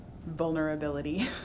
Vulnerability